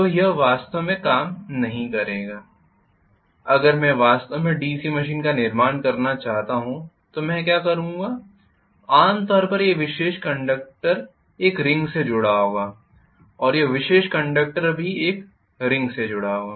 तो यह वास्तव में काम नहीं करेगा अगर मैं वास्तव में डीसी मशीन का निर्माण करना चाहता हूं तो मैं क्या करूंगा आम तौर पर यह विशेष कंडक्टर एक रिंग से जुड़ा होगा और यह विशेष कंडक्टर भी एक रिंग से जुड़ा होगा